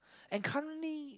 and currently